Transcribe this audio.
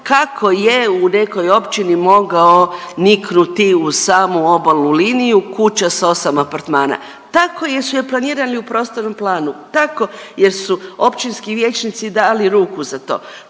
kako je u nekoj općini mogao niknuti uz samu obalnu liniju kuća s 8 apartmana. Tako jer su je planirali u prostornom planu, tako jer su općinski vijećnici dali ruku za to.